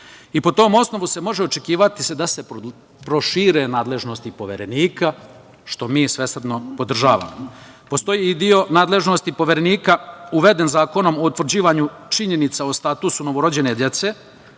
Po tom osnovu se može očekivati da se prošire nadležnosti Poverenika, što mi svesrdno podržavamo. Postoji i deo nadležnosti Poverenika uveden Zakonom o utvrđivanju činjenica o statusu novorođene dece